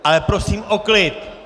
Ale prosím o klid!